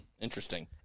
Interesting